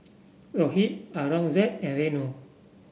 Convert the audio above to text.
Rohit Aurangzeb and Renu